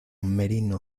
merino